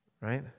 Right